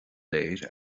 léir